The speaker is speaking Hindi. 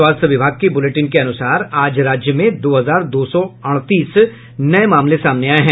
स्वास्थ्य विभाग के बुलेटिन के अनुसार आज राज्य में दो हजार दो सौ अड़तीस नये मामले सामने आये हैं